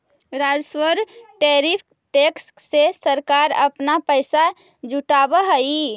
राजस्व tariff tax से सरकार अपना पैसा जुटावअ हई